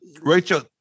Rachel